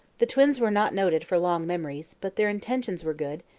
the twins were not noted for long memories, but their intentions were good,